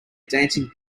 dancing